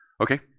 Okay